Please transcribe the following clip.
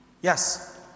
Yes